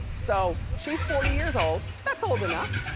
so she's forty years old, that's old enough.